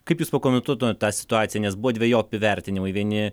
kaip jūs pakomentuotumėt tą situaciją nes buvo dvejopi vertinimai vieni